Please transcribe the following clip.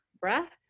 breath